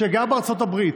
שגר בארצות הברית,